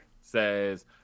says